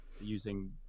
using